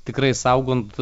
tikrai saugant